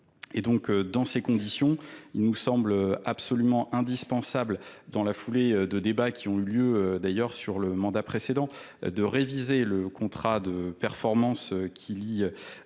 dans ces conditions il nous semble absolument indispensable dans la foulée de débats quii ont eu lieu d'ailleurs sur le mandat précédent de réviser le contrat de performance qui lie S, N, c